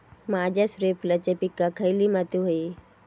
माझ्या सूर्यफुलाच्या पिकाक खयली माती व्हयी?